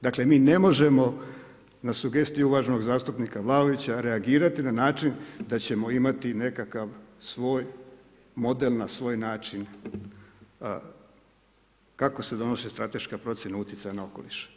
Dakle, mi ne možemo na sugestiju uvaženog zastupnika Vlaovića reagirati na način da ćemo imati nekakav svoj model na svoj način, kako se donose strateška procjena utjecaja na okoliš.